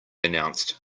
announced